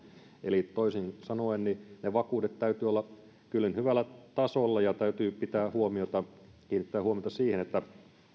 eli toisin sanoen niiden vakuuksien täytyy olla kyllin hyvällä tasolla ja täytyy kiinnittää huomiota siihen että